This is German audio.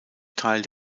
teil